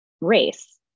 race